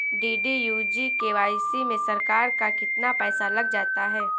DDU GKY में सरकार का कितना पैसा लग जाता है?